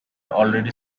already